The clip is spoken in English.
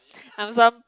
I'm some